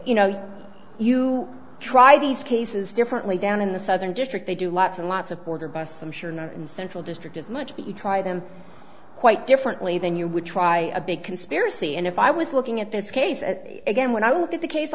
you know you try these cases differently down in the southern district they do lots and lots of border busts i'm sure in the central district as much but you try them quite differently than you would try a big conspiracy and if i was looking at this case again when i look at the case